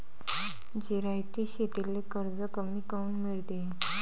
जिरायती शेतीले कर्ज कमी काऊन मिळते?